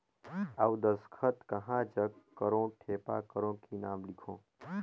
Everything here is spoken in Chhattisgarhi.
अउ दस्खत कहा जग करो ठेपा करो कि नाम लिखो?